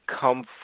come